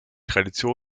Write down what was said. tradition